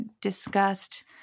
discussed